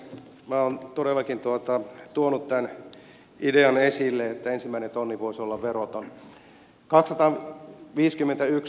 minä olen todellakin tuonut tämän idean esille että ensimmäinen tonni voisi olla veroton